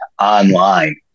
online